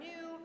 new